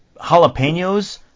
Jalapenos